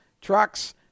trucks